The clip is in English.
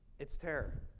it's terror.